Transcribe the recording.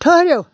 ٹھٕہرِو